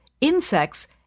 insects